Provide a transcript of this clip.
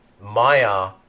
maya